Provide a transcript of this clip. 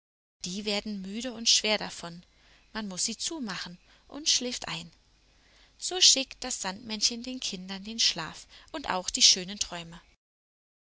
die werden müde und schwer davon man muß sie zumachen und schläft ein so schickt das sandmännchen den kindern den schlaf und auch die schönen träume